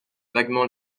vaguement